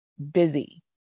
Busy